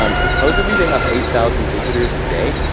um supposedly, they have eight thousand visitors a day,